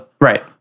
Right